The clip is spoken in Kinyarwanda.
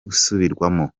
gusubirwamo